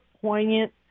poignant